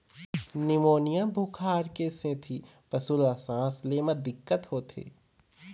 pneumonia बुखार के सेती पशु ल सांस ले म दिक्कत होथे